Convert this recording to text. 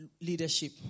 leadership